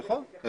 נכון.